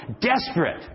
desperate